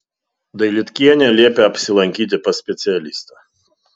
dailydkienė liepė apsilankyti pas specialistą